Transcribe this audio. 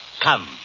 Come